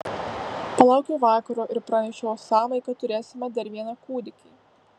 palaukiau vakaro ir pranešiau osamai kad turėsime dar vieną kūdikį